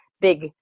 big